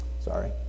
sorry